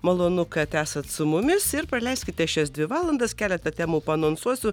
malonu kad esat su mumis ir praleiskite šias dvi valandas keletą temų paanonsuosiu